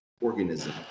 organism